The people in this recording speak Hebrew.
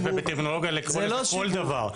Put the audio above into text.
אפשר בטרמינולוגיה לקרוא לזה כל דבר.